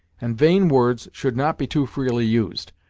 and vain words should not be too freely used.